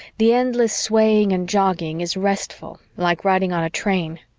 the endless swaying and jogging is restful, like riding on a train.